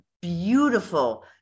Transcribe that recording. beautiful